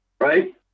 right